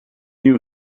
new